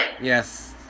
Yes